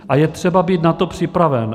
A je třeba být na to připraven.